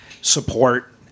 support